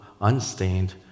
unstained